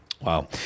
Wow